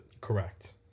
Correct